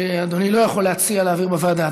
שאדוני לא יכול להציע להעביר לוועדה.